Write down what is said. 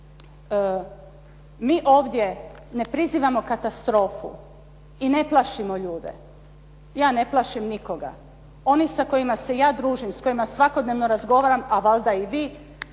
mi ovdje ne prizivamo katastrofu i ne plašimo ljude, ja ne plašim nikoga. S onima s kojima se ja družim s kojima svakodnevno razgovaram, ali valjda i vi